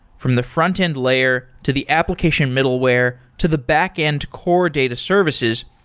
from the frontend layer, to the application middleware, to the backend core data services,